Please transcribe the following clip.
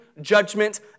judgment